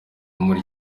muri